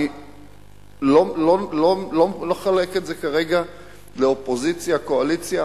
ואני לא מחלק את זה כרגע לקואליציה אופוזיציה,